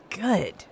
good